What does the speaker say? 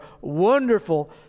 wonderful